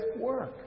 work